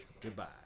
Goodbye